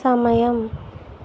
సమయం